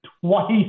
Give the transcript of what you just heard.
twice